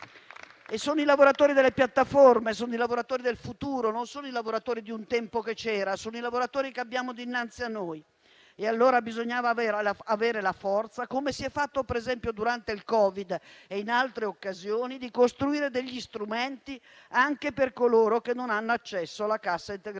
E sono i lavoratori delle piattaforme, quelli del futuro, non sono i lavoratori di un tempo che c'era, ma quelli che abbiamo dinanzi a noi. E allora bisognava avere la forza, come si è fatto per esempio durante il Covid e in altre occasioni, di costruire strumenti anche per coloro che non hanno accesso alla cassa integrazione